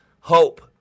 hope